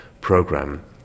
program